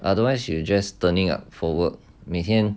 otherwise you just turning up for work 每天